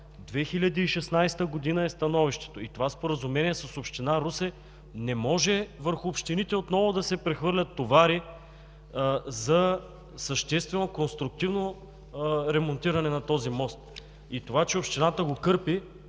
2016 г. е становището и това споразумение с Община Русе – не може върху общините отново да се прехвърлят товари за съществено конструктивно ремонтиране на този мост. Това че Общината го кърпи